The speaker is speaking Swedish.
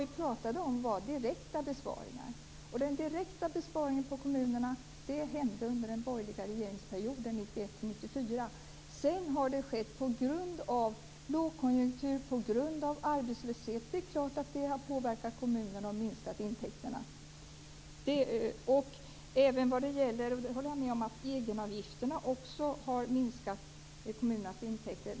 Vi talade om direkta besparingar, och den direkta besparingen på kommunerna skedde under den borgerliga regeringsperioden 1991-1994. Sedan är det klart att lågkonjunkturen och arbetslösheten har påverkat kommunerna och minskat intäkterna. Jag håller också med om att även egenavgifterna har minskat kommunernas intäkter.